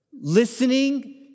Listening